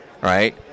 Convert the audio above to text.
right